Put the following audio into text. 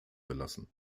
belassen